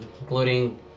including